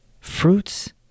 Fruits